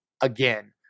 again